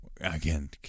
Again